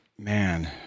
man